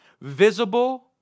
visible